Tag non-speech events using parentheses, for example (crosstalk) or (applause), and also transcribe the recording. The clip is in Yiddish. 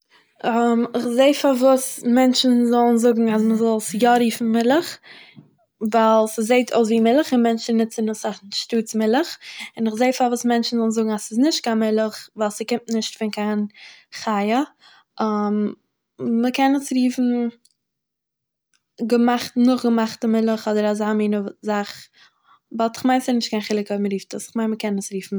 (hesitation) איך זעה פארוואס מענטשען זאלן זאגן אז מ'זאל עס יא רופן מילך, ווייל ס'זעהט אויס ווי מילך און מענטשען נוצן עס אנשטאטס מילך, און איך זעה פארוואס מענטשען זאלן זאגן אז ס'איז נישט קיין מילך ווייל ס'קומט נישט פון א חי' (hesitation) מ'קען עס רופן געמאכט-נאכגעמאכטע מילך אדער אזא מינע זאך, באט כ'מיין ס'איז נישט קיין חילוק אויב מ'רופט עס, כ'מיין מ'קען עס רופן מילך.